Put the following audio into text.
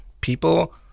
People